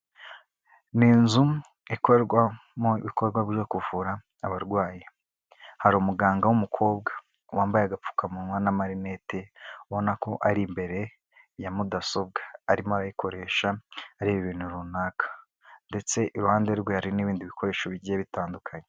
ni inzu ikorwa mu bikorwa byo kuvura abarwayi hari umuganga w'umukobwa wambaye agapfukamunwa na marinete ubona ko ari imbere ya mudasobwa arimo arayikoresha areba ibintu runaka ndetse iruhande rwe hari n'ibindi bikoresho bigiye bitandukanye